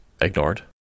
ignored